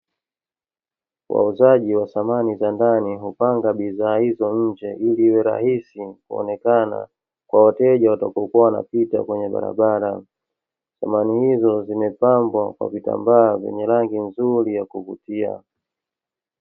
Wauzaji wa za samani hupanga bidhaa hizo nje ili iwe rahisi kuonekana kwa wateja watakao kuwa wanapita kwenye barabara. Samani hizo zimepambwa kwa vitambaa vyenye rangi zuri ya kuvutia.